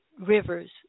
rivers